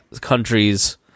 countries